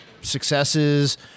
successes